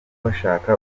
bashaka